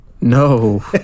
No